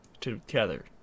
together